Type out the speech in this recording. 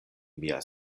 mia